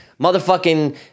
Motherfucking